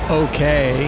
okay